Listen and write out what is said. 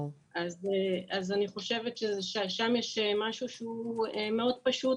אני חושבת ששם יש משהו מאוד פשוט.